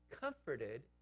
comforted